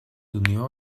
unió